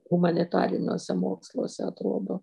humanitariniuose moksluose atrodo